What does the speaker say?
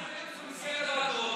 ראינו את זה במסגרת הוועדות.